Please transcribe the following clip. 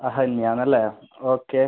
അഹന്യ എന്നല്ലേ ഓക്കെ